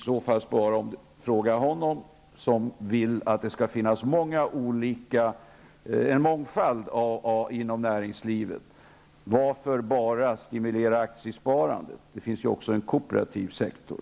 Då vill jag fråga honom, som vill att det skall finnas en mångfald inom näringslivet: Varför bara stimulera aktiesparandet? Det finns ju också en kooperativ sektor.